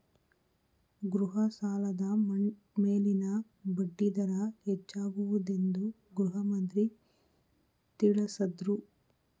ಗೃಹ ಸಾಲದ ಮೇಲಿನ ಬಡ್ಡಿ ದರ ಹೆಚ್ಚಾಗುವುದೆಂದು ಗೃಹಮಂತ್ರಿ ತಿಳಸದ್ರು